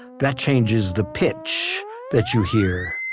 that changes the pitch that you hear